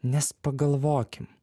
nes pagalvokim